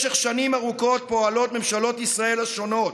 משך שנים ארוכות פועלות ממשלות ישראל השונות,